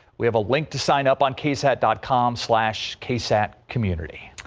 we have a link to sign up on ksat dot com slash ksat community.